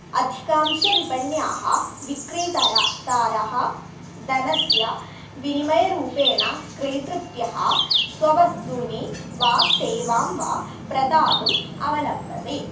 अधिकांशविपण्याः विक्रेतरः तारः धनस्य विनिमयरूपेण क्रेतृभ्यः स्ववस्तूनि वा सेवां वा प्रदातुम् अवलम्बति